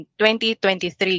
2023